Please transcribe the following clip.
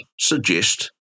suggest